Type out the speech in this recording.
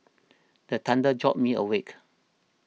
the thunder jolt me awake